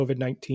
COVID-19